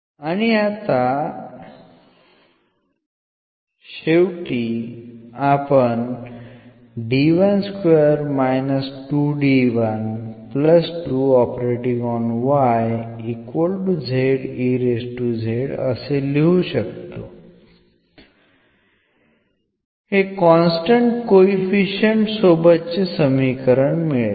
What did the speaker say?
आणि आता सरलीकरण केल्या नंतर हे कॉन्स्टन्ट कोइफिशिअंट सोबतचे समीकरण मिळेल